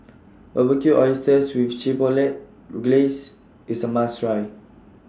Barbecued Oysters with Chipotle Glaze IS A must Try